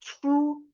true